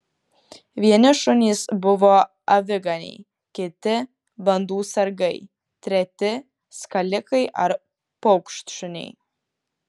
vieni šunys buvo aviganiai kiti bandų sargai treti skalikai ar paukštšuniai